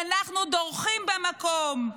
ואנחנו דורכים במקום,